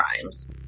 crimes